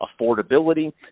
affordability